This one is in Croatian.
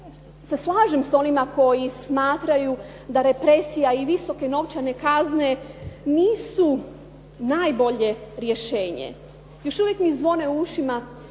se slažem s onima koji smatraju da represija i visoke novčane kazne, nisu najbolje rješenje. Još uvijek mi zvone u ušima